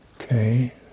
okay